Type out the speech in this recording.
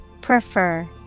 Prefer